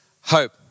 hope